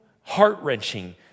heart-wrenching